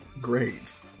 grades